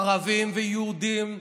ערבים ויהודים,